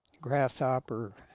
grasshopper